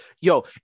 Yo